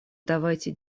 давайте